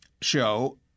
show